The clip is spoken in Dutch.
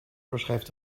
beschrijft